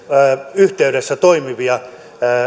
yhteydessä toimivia